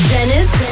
Dennis